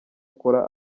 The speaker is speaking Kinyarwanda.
akora